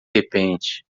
repente